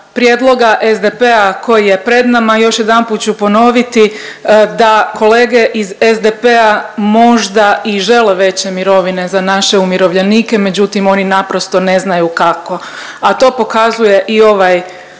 prijedloga SDP-a koji je pred nama još jedanput ću ponoviti da kolege iz SDP-a možda i žele veće mirovine za naše umirovljenike međutim oni naprosto ne znaju kako, a to pokazuje i ovaj